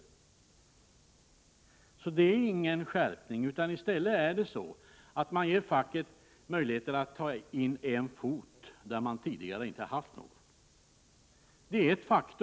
Det är alltså inte fråga om någon skärpning. I stället ger man facket möjlighet att få in en fot där det tidigare inte haft tillträde.